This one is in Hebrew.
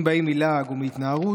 אם באים מלעג או מהתנערות,